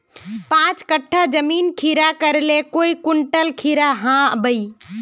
पाँच कट्ठा जमीन खीरा करले काई कुंटल खीरा हाँ बई?